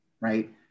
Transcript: right